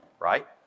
Right